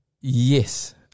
Yes